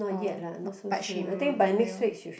orh but she will